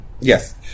Yes